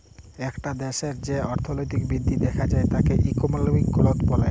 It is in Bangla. একটা দ্যাশের যে অর্থলৈতিক বৃদ্ধি দ্যাখা যায় তাকে ইকলমিক গ্রথ ব্যলে